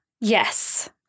yes